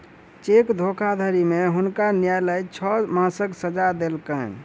cheque धोखाधड़ी में हुनका न्यायलय छह मासक सजा देलकैन